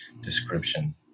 description